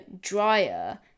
drier